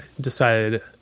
decided